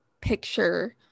picture